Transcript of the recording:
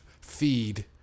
feed